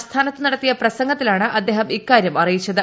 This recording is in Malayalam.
ആസ്ഥാനത്ത് നടത്തിയ പ്രസംഗത്തിലാണ് അദ്ദേഹം ഇക്കാര്യം അറിയിച്ചത്